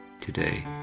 today